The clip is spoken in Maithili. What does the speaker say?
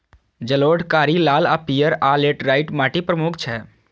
जलोढ़, कारी, लाल आ पीयर, आ लेटराइट माटि प्रमुख छै